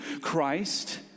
Christ